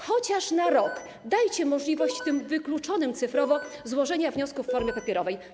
Chociaż przez rok dajcie możliwość tym wykluczonym cyfrowo złożenia wniosków w formie papierowej.